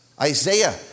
Isaiah